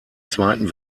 zweiten